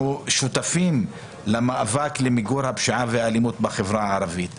שותפים למאבק למיגור הפשיעה והאלימות בחברה הערבית.